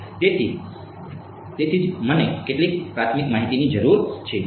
તેથી તેથી જ મને કેટલીક પ્રાથમિક માહિતીની જરૂર છે